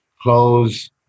clothes